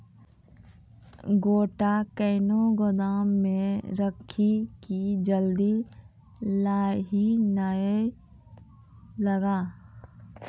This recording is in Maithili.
गोटा कैनो गोदाम मे रखी की जल्दी लाही नए लगा?